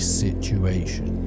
situation